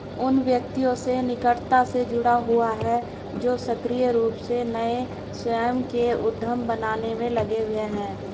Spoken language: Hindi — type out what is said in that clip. उन व्यक्तियों से निकटता से जुड़ा हुआ है जो सक्रिय रूप से नए स्वयं के उद्यम बनाने में लगे हुए हैं